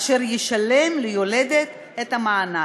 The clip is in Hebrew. והוא ישלם ליולדת את המענק.